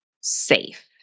safe